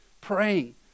praying